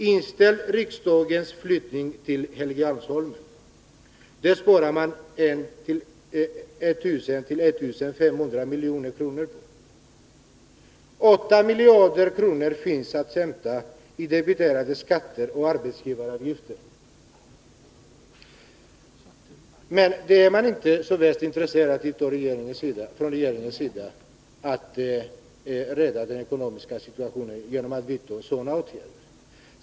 Inställ riksdagens flyttning till Helgeandsholmen. Det sparar man 1000-1 500 miljoner på. 8 miljarder kronor finns att hämta i debiterade skatter och arbetsgivaravgifter. Men från regeringens sida är man inte värst intresserad av att rädda den ekonomiska situationen genom att vidta sådana åtgärder.